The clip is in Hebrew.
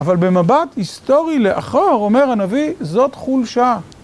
אבל במבט היסטורי לאחור, אומר הנביא, זאת חולשה.